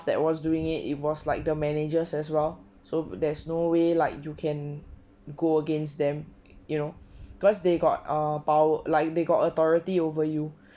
that was doing it it was like the managers as well so there's no way like you can go against them you know cause they got err power like they got authority over you